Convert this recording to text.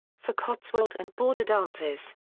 for cotswold and border dances,